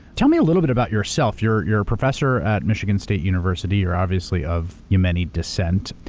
tell me a little bit about yourself. you're you're a professor at michigan state university. you're obviously of yemeni descent.